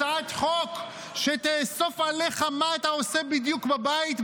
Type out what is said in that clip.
הצעת חוק שתאסוף עליך מה אתה עושה בדיוק בבית,